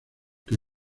que